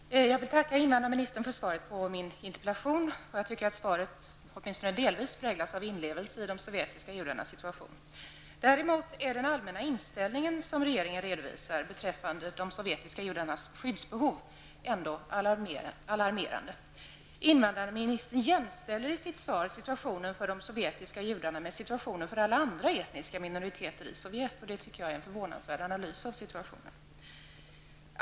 Herr talman! Jag vill tacka invandrarministern för svaret på min interpellation. Jag tycker att svaret åtminstone delvis präglas av inlevelse i de sovjetiska judarnas situation. Däremot är den allmänna inställning som regeringen här redovisar beträffande de sovjetiska judarnas skyddsbehov alarmerande. Invandrarministern jämställer i sitt svar situationen för de sovjetiska judarna med situationen för alla andra etniska minoriteter i Sovjet, och det tycker jag är en förvånansvärd analys av situationen.